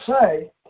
say